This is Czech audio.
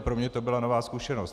Pro mě to byla nová zkušenost.